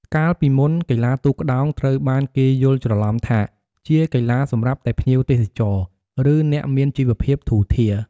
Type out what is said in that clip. កាលពីមុន កីឡាទូកក្ដោងត្រូវបានគេយល់ច្រឡំថាជាកីឡាសម្រាប់តែភ្ញៀវទេសចរ ឬអ្នកមានជីវភាពធូរធារ។